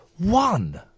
One